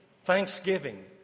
Thanksgiving